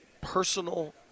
personal